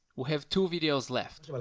we have two videos left. but